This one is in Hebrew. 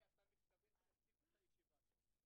בסדר.